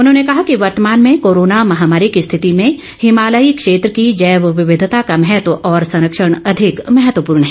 उन्होंने कहा कि वर्तमान में कोरोना महामारी की स्थिति में हिमालयी क्षेत्र की जैव विविधता का महत्व और संरक्षण अधिक महत्वपूर्ण है